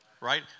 Right